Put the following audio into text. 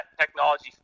technology